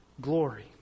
glory